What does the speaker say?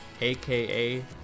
aka